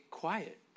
Quiet